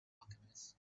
alchemist